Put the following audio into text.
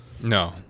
No